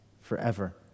forever